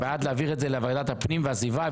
בעד להעביר את לוועדת הפנים והגנת הסביבה,